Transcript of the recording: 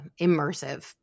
immersive